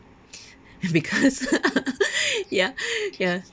because ya ya